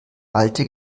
alte